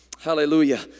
Hallelujah